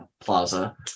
plaza